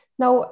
now